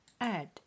Add